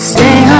Stay